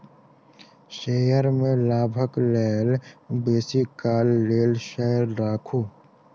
share में लाभक लेल बेसी काल लेल शेयर राखू